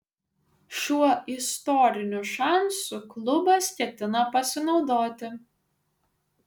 šiuo istoriniu šansu klubas ketina pasinaudoti